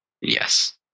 Yes